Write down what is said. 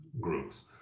groups